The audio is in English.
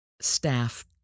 staff